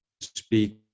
speak